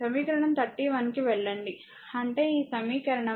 సమీకరణం 31 కి వెళ్ళండి అంటే ఈ సమీకరణం